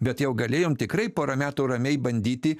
bet jau galėjom tikrai porą metų ramiai bandyti